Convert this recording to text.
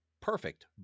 perfect